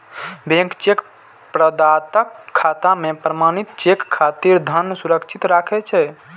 bank cheque प्रदाताक खाता मे प्रमाणित चेक खातिर धन सुरक्षित राखै छै